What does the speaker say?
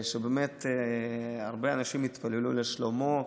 באמת הרבה אנשים התפללו לשלומו,